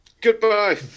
goodbye